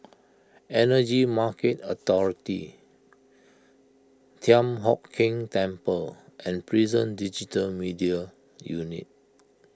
Energy Market Authority Thian Hock Keng Temple and Prison Digital Media Unit